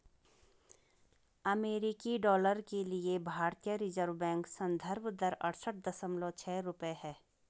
अमेरिकी डॉलर के लिए भारतीय रिज़र्व बैंक संदर्भ दर अड़सठ दशमलव छह रुपये है